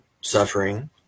suffering